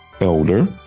elder